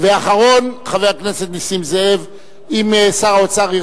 אחרון, חבר הכנסת נסים זאב.